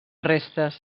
restes